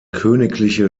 königliche